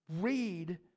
read